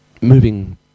Moving